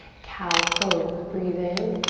cow pose. breathe in,